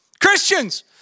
Christians